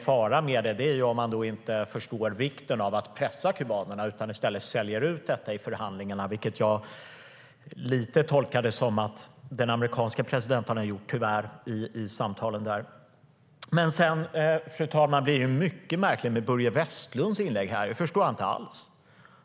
Faran är om man inte förstår vikten av att pressa kubanerna utan i stället säljer ut detta i förhandlingarna, vilket jag lite grann tolkade att den amerikanska presidenten tyvärr har gjort i samtalen. Fru talman! Det är mycket märkligt med Börje Vestlunds inlägg - det förstår jag inte alls.